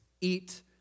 eat